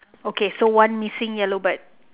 okay so one missing yellow bird